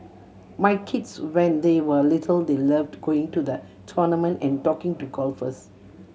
my kids when they were little they loved going to the tournament and talking to golfers